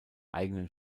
eigenen